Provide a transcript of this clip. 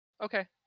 Okay